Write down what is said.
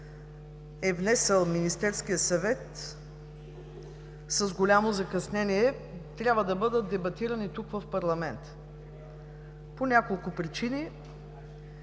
е внесъл Министерският съвет с голямо закъснение, трябва да бъдат дебатирани тук в парламента по няколко причини.